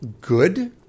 good